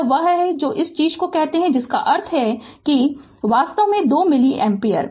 यह वह है जो इस चीज को कहते हैं जिसका अर्थ है कि वास्तव में 2 मिली एम्पीयर